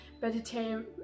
vegetarian